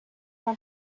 una